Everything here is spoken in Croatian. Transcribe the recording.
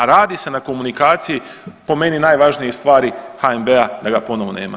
A radi se na komunikaciji po meni najvažnije stvari HNB da ga ponovo nema.